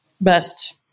best